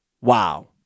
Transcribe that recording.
Wow